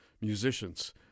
musicians